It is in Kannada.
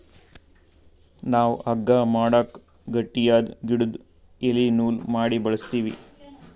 ನಾವ್ ಹಗ್ಗಾ ಮಾಡಕ್ ಗಟ್ಟಿಯಾದ್ ಗಿಡುದು ಎಲಿ ನೂಲ್ ಮಾಡಿ ಬಳಸ್ತೀವಿ